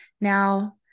Now